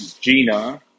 Gina